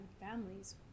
families